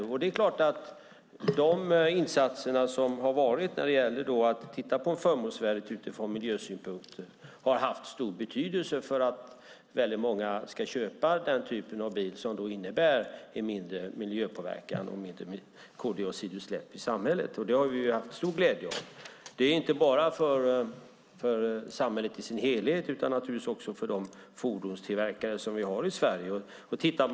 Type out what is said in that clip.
Det är klart att de insatser som har gjorts när det gäller att titta på förmånsvärdet utifrån miljösynpunkter har haft stor betydelse för att väldigt många ska köpa en typ av bil som innebär en mindre miljöpåverkan och mindre koldioxidutsläpp i samhället. Det har vi haft stor glädje av, inte bara för samhället i sin helhet utan naturligtvis också för de fordonstillverkare som vi har i Sverige.